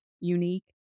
unique